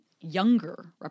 younger